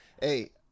Hey